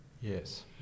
Yes